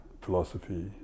philosophy